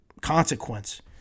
consequence